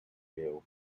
bell